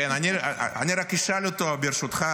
אני רק אשאל אותו, ברשותך.